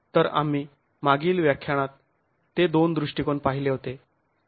तर आम्ही मागील व्याख्यानात ते दोन दृष्टिकोन पाहिले होते